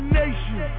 nation